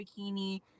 bikini